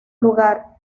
lugar